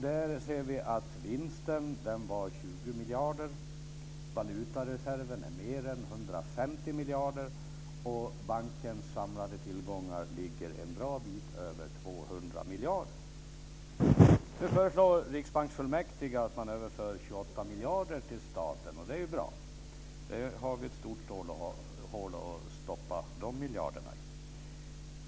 Där ser vi att vinsten är 20 miljarder, valutareserven är mer än 150 miljarder och bankens samlade tillgångar ligger en bra bit över 200 Nu föreslår Riksbanksfullmäktige att man överför 28 miljarder till staten, och det är bra. Där har vi ett stort hål att stoppa de miljarderna i.